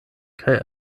kaj